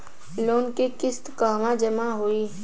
Loan के किस्त कहवा जामा होयी?